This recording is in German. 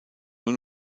nur